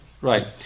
Right